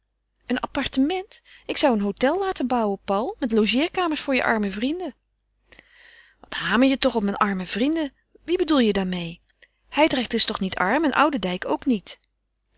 een appartement ik zou een hôtel laten bouwen paul met logeerkamers voor je arme vrienden wat hamer je toch op mijn arme vrienden wie bedoel je daarmeê hijdrecht is toch niet arm en oudendijk ook niet